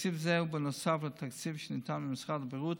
תקציב זה הוא בנוסף לתקציב שניתן ממשרד הבריאות